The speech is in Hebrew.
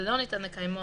ולא ניתן לקיימו,